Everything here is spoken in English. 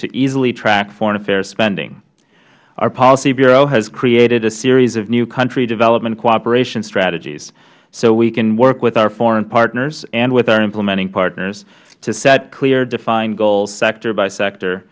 to easily track foreign affairs spending our policy bureau has created a series of new country development cooperation strategies so we can work with our foreign partners and with our implementing partners to set clear defined goals sector by sector